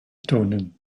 tonen